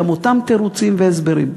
גם אותם תירוצים והסברים.